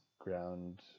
Ground